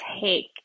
take